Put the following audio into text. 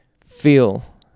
feel